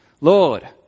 Lord